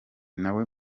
nawe